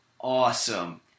awesome